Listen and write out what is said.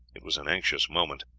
it was an anxious moment,